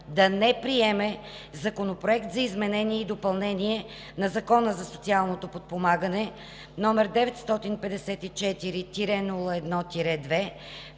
да не приеме Законопроект за изменение и допълнение на Закона за социалното подпомагане, № 954-01-2,